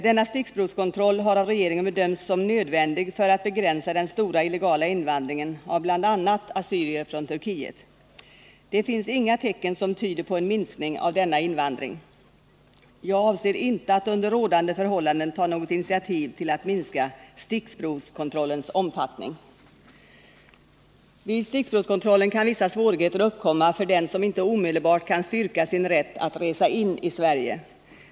Denna stickprovskontroll har av regeringen bedömts som nödvändig för att begränsa den stora illegala invandringen av bl.a. assyrier från Turkiet. Det finns inga tecken som tyder på en minskning av denna invandring. Jag avser inte att under rådande förhållanden ta något initiativ till att minska stickprovskontrollens omfattning. Vid stickprovskontrollen kan vissa svårigheter uppkomma för den som inte omedelbart kan styrka sin rätt att resa in i Sverige.